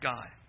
God